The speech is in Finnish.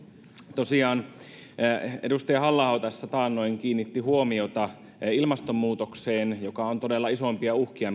tosiaan edustaja halla aho tässä taannoin kiinnitti huomiota ilmastonmuutokseen joka on todella isoimpia uhkia